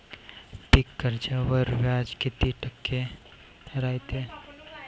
पीक कर्जावर व्याज किती टक्के रायते?